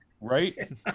right